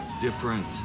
different